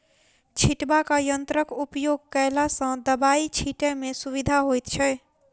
छिटबाक यंत्रक उपयोग कयला सॅ दबाई छिटै मे सुविधा होइत छै